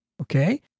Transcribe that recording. Okay